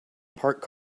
parked